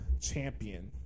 champion